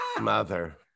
Mother